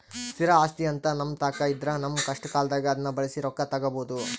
ಸ್ಥಿರ ಆಸ್ತಿಅಂತ ನಮ್ಮತಾಕ ಇದ್ರ ನಮ್ಮ ಕಷ್ಟಕಾಲದಾಗ ಅದ್ನ ಬಳಸಿ ರೊಕ್ಕ ತಗಬೋದು